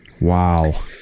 Wow